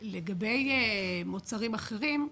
אבל לגבי מוצרים אחרים,